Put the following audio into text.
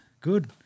good